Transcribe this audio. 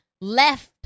left